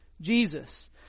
Jesus